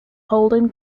holden